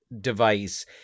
device